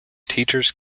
teachers